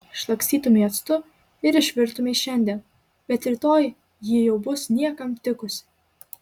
šlakstytumei actu ir išvirtumei šiandien bet rytoj ji jau bus niekam tikusi